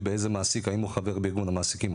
באיזה מעסיק האם הוא חבר בארגון המעסיקים,